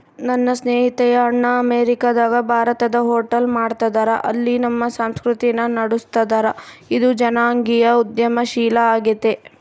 ನನ್ನ ಸ್ನೇಹಿತೆಯ ಅಣ್ಣ ಅಮೇರಿಕಾದಗ ಭಾರತದ ಹೋಟೆಲ್ ಮಾಡ್ತದರ, ಅಲ್ಲಿ ನಮ್ಮ ಸಂಸ್ಕೃತಿನ ನಡುಸ್ತದರ, ಇದು ಜನಾಂಗೀಯ ಉದ್ಯಮಶೀಲ ಆಗೆತೆ